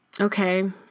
Okay